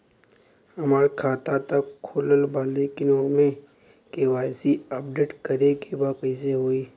हमार खाता ता खुलल बा लेकिन ओमे के.वाइ.सी अपडेट करे के बा कइसे होई?